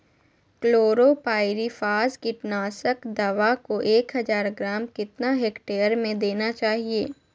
Chlorpyrifos कीटनाशक दवा को एक हज़ार ग्राम कितना हेक्टेयर में देना चाहिए?